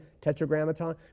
tetragrammaton